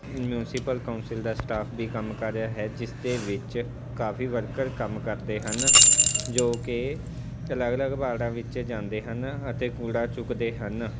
municipal council ਦਾ staff ਵੀ ਕੰਮ ਕਰ ਰਿਹਾ ਹੈ ਜਿਸ ਦੇ ਵਿੱਚ ਕਾਫੀ ਵਰਕਰ ਕੰਮ ਕਰਦੇ ਹਨ ਜੋ ਕਿ ਅਲੱਗ ਅਲੱਗ ਵਾਰਡਾਂ ਵਿੱਚ ਜਾਂਦੇ ਹਨ ਅਤੇ ਕੂੜਾ ਚੁੱਕਦੇ ਹਨ